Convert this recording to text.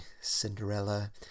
Cinderella